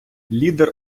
лідер